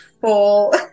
full